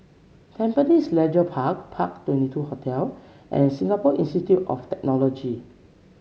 Tampines Leisure Park Park Twenty two Hotel and Singapore Institute of Technology